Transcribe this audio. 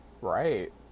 Right